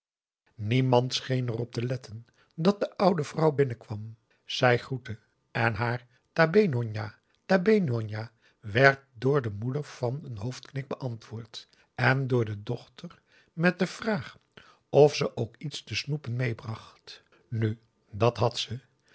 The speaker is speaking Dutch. scheen er op te letten dat de oude vrouw binnenkwam zij groette en haar ta b e h n j o n j a ta b e h n o n n a werd door de moeder met een hoofdknik beantwoord en door de dochter met de vraag of ze ook iets te snoepen meebracht nu dat had ze